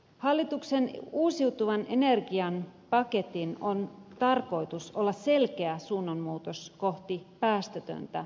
hallituksen uusiutuvan energian paketin on tarkoitus olla selkeä suunnanmuutos kohti päästötöntä energiantuotantoa